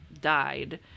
died